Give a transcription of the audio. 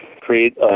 create